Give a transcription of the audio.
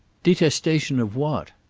detestation of what?